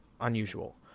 unusual